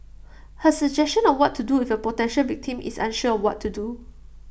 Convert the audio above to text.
her suggestion on what to do if A potential victim is unsure of what to do